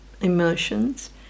emotions